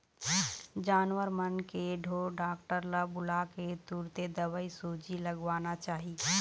जानवर मन के ढोर डॉक्टर ल बुलाके तुरते दवईसूजी लगवाना चाही